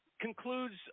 concludes